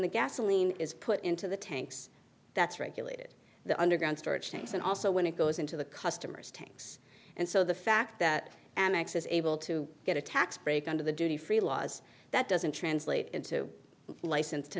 the gasoline is put into the tanks that's regulated the underground storage tanks and also when it goes into the customer's tanks and so the fact that an excess able to get a tax break under the duty free laws that doesn't translate into license to